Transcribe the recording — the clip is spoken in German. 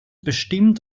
bestimmt